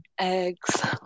eggs